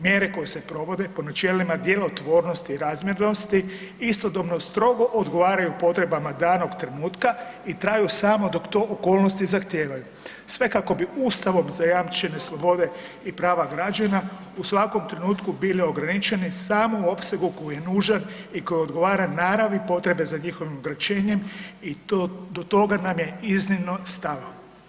Mjere koje se provode po načelima djelotvornosti i razmjernosti istodobno strogo odgovaraju potrebama danog trenutka i traju samo dok to okolnosti to zahtijevaju sve kako bi Ustavom zajamčene slobode i prava građana u svakom trenutku bili ograničeni samo u opsegu koji je nužan i koji odgovara naravi potrebe za njihovim ograničenjem i do toga nam je iznimno stalo.